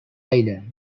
island